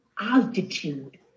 altitude